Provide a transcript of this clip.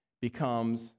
becomes